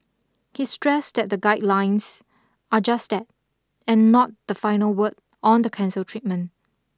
he stressed that the guidelines are just that and not the final word on the cancer treatment